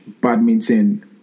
badminton